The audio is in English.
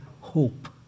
hope